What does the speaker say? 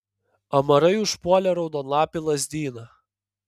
amarai užpuolė raudonlapį lazdyną